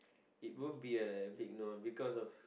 it will be a big no because of